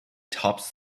tops